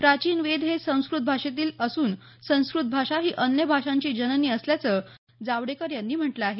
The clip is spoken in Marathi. प्राचीन वेद हे संस्कृत भाषेतील असून संस्कृत भाषा ही अन्य भाषांची जननी असल्याचं जावडेकर यांनी म्हटलं आहे